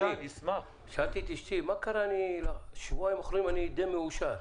אמרתי לאשתי שבשבועיים האחרונים אני די מאושר,